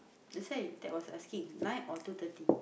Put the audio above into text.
that's why that was asking nine or two thirty